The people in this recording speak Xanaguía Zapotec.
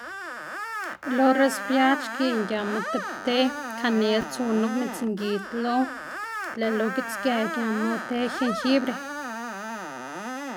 lo resfriad xkiꞌn giama tib te kanel tsu nup midzngid lo. Lëꞌ lo gitsgë giama te gengibre.